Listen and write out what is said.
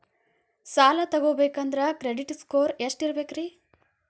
ಸಾಲ ತಗೋಬೇಕಂದ್ರ credit score ಎಷ್ಟ ಇರಬೇಕ್ರಿ?